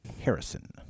Harrison